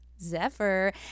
Zephyr